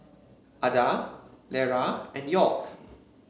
Adah Lera and York